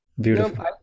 Beautiful